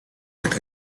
гэдэг